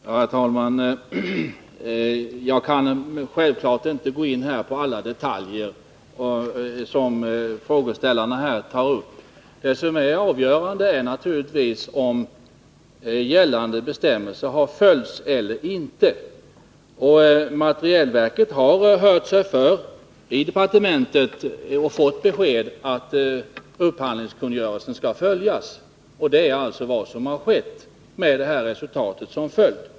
Herr talman! Jag kan självfallet inte gå in på alla detaljer som frågeställarna tar upp. Det som är avgörande är naturligtvis om gällande bestämmelser har följts eller inte. Materielverket har hört sig för hos departementet och fått besked om att upphandlingskungörelsen skall följas. Det är vad som har skett, med det här resultatet som följd.